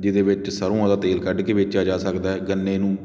ਜਿਹਦੇ ਵਿੱਚ ਸਰ੍ਹੋਂ ਦਾ ਤੇਲ ਕੱਢ ਕੇ ਵੇਚਿਆ ਜਾ ਸਕਦਾ ਹੈ ਗੰਨੇ ਨੂੰ